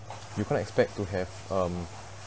you can't expect to have um